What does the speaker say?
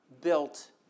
built